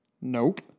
Nope